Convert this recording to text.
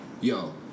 yo